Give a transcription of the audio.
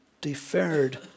deferred